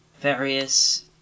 various